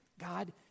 God